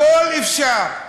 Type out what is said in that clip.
הכול אפשר.